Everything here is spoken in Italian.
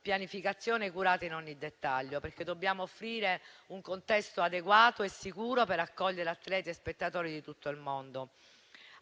pianificazione curata in ogni dettaglio, perché dobbiamo offrire un contesto adeguato e sicuro per accogliere atleti e spettatori di tutto il mondo.